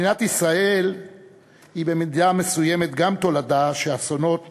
מדינת ישראל היא במידה מסוימת גם תולדה של אסונות